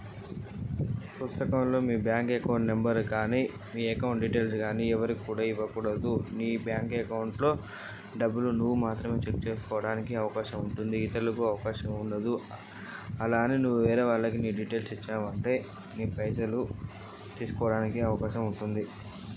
పుస్తకం నెంబరు రాసి ఇవ్వండి? నా బ్యాంకు లో ఎన్ని పైసలు ఉన్నాయో చెప్పండి?